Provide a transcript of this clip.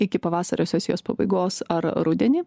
iki pavasario sesijos pabaigos ar rudenį